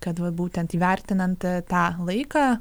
kad va būtent įvertinant tą laiką